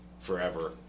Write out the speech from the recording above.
forever